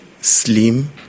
slim